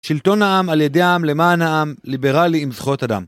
שלטון העם, על ידי העם, למען העם, ליברלי עם זכויות אדם.